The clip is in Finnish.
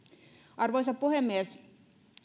arvoisa puhemies